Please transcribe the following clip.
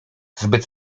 zbyt